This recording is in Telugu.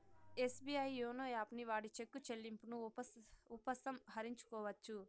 ఎస్బీఐ యోనో యాపుని వాడి చెక్కు చెల్లింపును ఉపసంహరించుకోవచ్చు